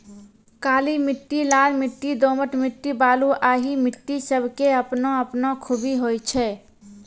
काली मिट्टी, लाल मिट्टी, दोमट मिट्टी, बलुआही मिट्टी सब के आपनो आपनो खूबी होय छै